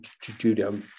judo